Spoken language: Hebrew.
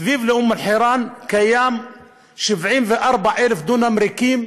מסביב לאום-אלחיראן יש 74,000 דונם ריקים,